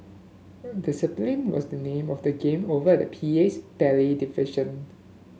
discipline was the name of the game over at the PA's ballet division